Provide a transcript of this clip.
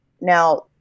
Now